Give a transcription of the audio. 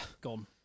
Gone